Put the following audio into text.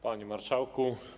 Panie Marszałku!